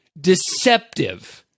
deceptive